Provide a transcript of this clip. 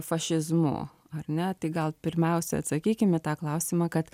fašizmu ar ne tai gal pirmiausia atsakykim į tą klausimą kad